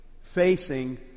facing